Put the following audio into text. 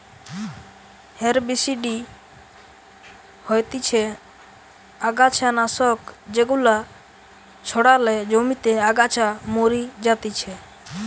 herbicide হতিছে অগাছা নাশক যেগুলা ছড়ালে জমিতে আগাছা মরি যাতিছে